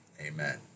Amen